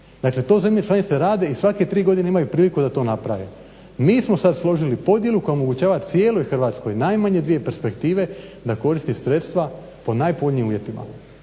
Dakle to zemlje članice rade i svake tri godine imaju priliku da to naprave. Mi smo sad složili podjelu koja omogućava cijeloj Hrvatskoj najmanje dvije perspektive da koristi sredstva po najpovoljnijim uvjetima.